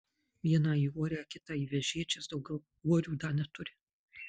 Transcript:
vieną į uorę kitą į vežėčias daugiau uorių dar neturi